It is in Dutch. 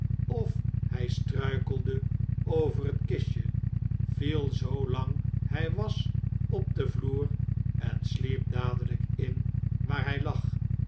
of hij struikelde over het kistje viel zoo lang hij was op den vloer en sliep dadelijk in waar hij lag